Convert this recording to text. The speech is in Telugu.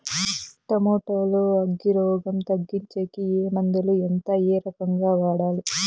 టమోటా లో అగ్గి రోగం తగ్గించేకి ఏ మందులు? ఎంత? ఏ రకంగా వాడాలి?